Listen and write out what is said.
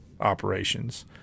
operations